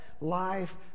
life